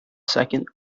second